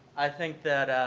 i think that